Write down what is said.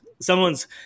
someone's